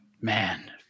man